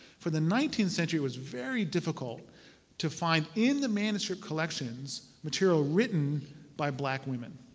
for the nineteenth century it was very difficult to find in the manuscript collections material written by black women.